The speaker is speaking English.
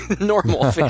normal